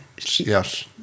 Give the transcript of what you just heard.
yes